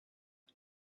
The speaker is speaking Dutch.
het